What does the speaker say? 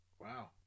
wow